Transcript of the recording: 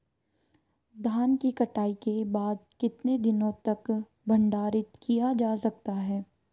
धान की कटाई के बाद कितने दिनों तक भंडारित किया जा सकता है?